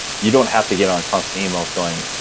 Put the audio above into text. you don't have to get on constant emails going,